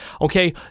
Okay